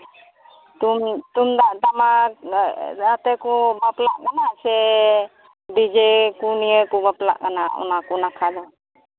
ᱛᱩᱢᱫᱟᱜ ᱴᱟᱢᱟᱠ ᱨᱟᱦᱟ ᱛᱮᱠᱚ ᱵᱟᱯᱞᱟᱜ ᱠᱟᱱᱟ ᱥᱮ ᱰᱤᱡᱮ ᱠᱚ ᱱᱤᱭᱮ ᱠᱚ ᱵᱟᱯᱞᱟᱜ ᱠᱟᱱᱟ ᱚᱱᱟᱠᱚ ᱱᱟᱠᱷᱟ ᱫᱚ